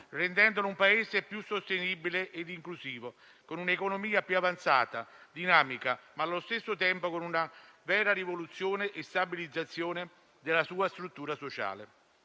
rendendolo un Paese più sostenibile e inclusivo, con un'economia più avanzata, dinamica, ma, allo stesso tempo, con una vera rivoluzione e stabilizzazione della sua struttura sociale.